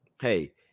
hey